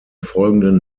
folgenden